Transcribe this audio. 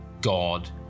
God